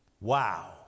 Wow